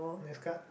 next card